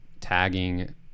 tagging